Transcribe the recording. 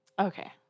Okay